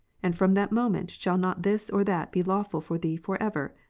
and from that moment shall not this or that be lawful for thee for ever?